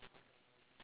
ya